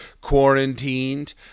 quarantined